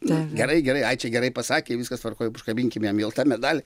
gerai gerai ai čia gerai pasakė viskas tvarkoj užkabinkim jam vėl tą medalį